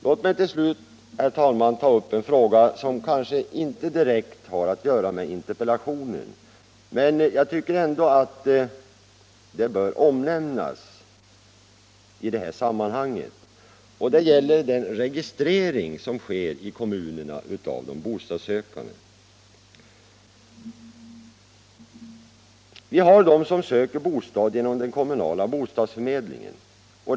Låt mig till slut, herr talman, ta upp en fråga som kanske inte direkt har att göra med interpellationen men som jag ändå tycker bör omnämnas i detta sammanhang. Det gäller den registrering av de bostadssökande 109 som sker i kommunerna. Vi har dem som söker bostad genom den kommunala bostadsförmedlingen.